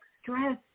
stress